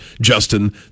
Justin